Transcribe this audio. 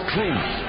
Truth